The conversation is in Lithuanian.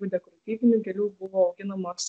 tų dekoratyvinių gėlių buvo auginamos